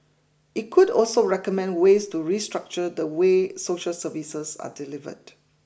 it could also recommend ways to restructure the way social services are delivered